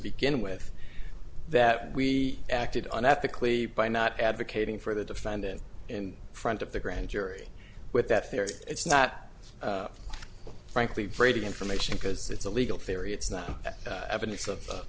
begin with that we acted unethically by not advocating for the defendant in front of the grand jury with that theory it's not frankly brady information because it's a legal theory it's not evidence of